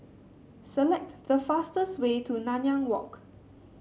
select the fastest way to Nanyang Walk